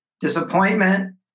disappointment